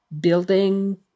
building